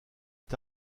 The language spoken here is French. est